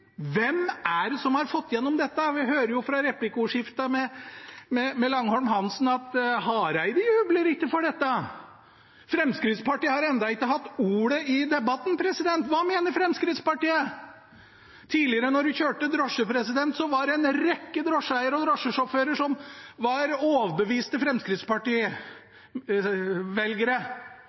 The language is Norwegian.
Hvem er det som har fått igjennom dette? Vi hører fra replikkordskiftene med representanten Langholm Hansen at statsråd Hareide ikke jubler for dette. Fremskrittspartiet har ennå ikke hatt ordet i debatten. Hva mener Fremskrittspartiet? Tidligere når en kjørte drosje, var det en rekke drosjeeiere og drosjesjåfører som var overbeviste